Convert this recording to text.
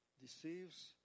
deceives